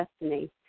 destiny